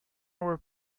were